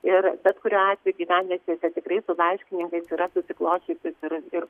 ir bet kuriuo atveju gyvenvietėse tikrai su laiškininkais yra susiklosčiusios ir ir